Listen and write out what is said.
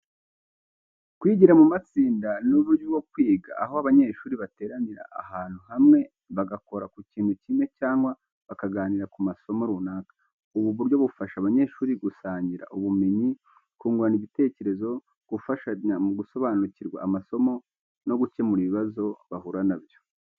Kwigira mu matsinda ni uburyo bwo kwiga, aho abanyeshuri bateranira ahantu hamwe bagakora ku kintu kimwe cyangwa bakaganira ku masomo runaka. Ubu buryo bufasha abanyeshuri gusangira ubumenyi, kungurana ibitekerezo, gufashanya mu gusobanukirwa amasomo, no gukemura ibibazo bahura nabyo.